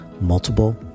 multiple